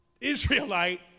Israelite